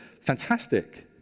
Fantastic